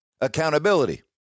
accountability